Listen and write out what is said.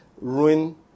ruin